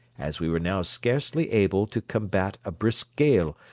as we were now scarcely able to combat a brisk gale,